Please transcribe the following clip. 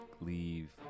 leave